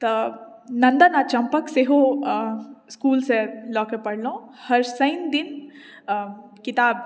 तऽ नन्दन आ चम्पक सेहो इसकुल से लऽ कऽ पढ़लहुँ हर शनि दिन किताब